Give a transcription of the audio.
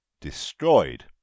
destroyed